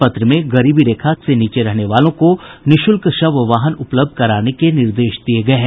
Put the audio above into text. पत्र में गरीबी रेखा से नीचे रहने वालों को निःशुल्क शव वाहन उपलब्ध कराने के निर्देश दिये गये हैं